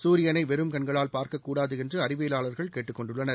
சூரியனை வெறும் கண்களால் பார்க்கக்கூடாது என்று அறிவியலாளர்கள் கேட்டுக் கொண்டுள்ளனர்